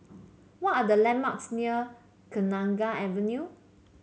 what are the landmarks near Kenanga Avenue